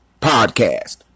Podcast